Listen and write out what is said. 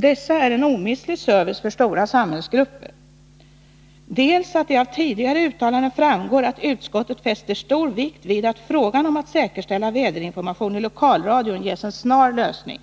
Dessa är en omistlig service för stora samhällsgrupper. Utskottet säger också att det av tidigare uttalanden framgår att utskottet fäster stor vikt vid att frågan om att säkerställa väderinformationen i lokalradion ges en snar lösning.